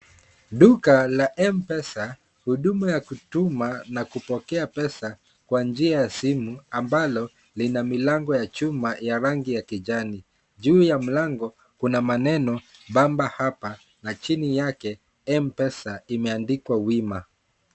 Duka la mpesa huduma ya kutuma na kupokea pesa kwa njia ya simu ambalo lina milango ya chuma ya rangi ya kijani. Juu ya mlango kuna maneno Bamba hapa na chini yake mpesa imeandikwa wima.